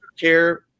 care